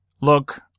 look